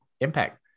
Impact